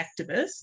activists